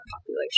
population